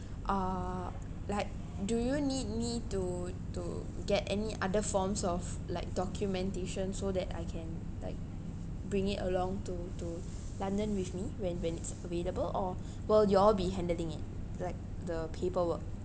uh like do you need me to to get any other forms of like documentation so that I can like bring it along to to london with me when when it's available or will y'all be handling it like the paperwork